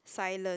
silent